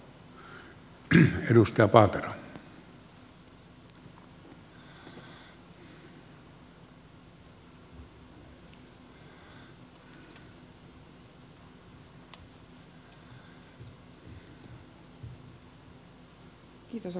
arvoisa puhemies